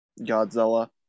Godzilla